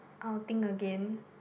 or I'll think again